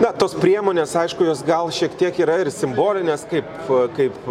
na tos priemonės aišku jos gal šiek tiek yra ir simbolinės kaip kaip